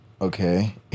Okay